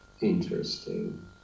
interesting